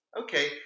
okay